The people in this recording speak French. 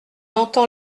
entend